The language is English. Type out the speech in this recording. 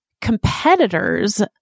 competitors